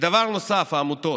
ודבר נוסף, העמותות.